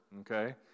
Okay